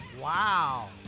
Wow